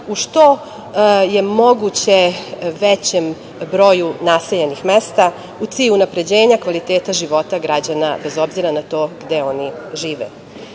u što je moguće većem broju naseljenih mesta u cilju unapređenja kvaliteta života građana, bez obzira na to gde oni žive.